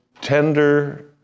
tender